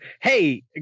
hey